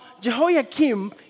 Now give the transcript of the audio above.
Jehoiakim